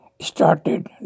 started